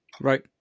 Right